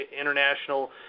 international